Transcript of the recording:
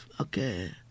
Okay